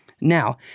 Now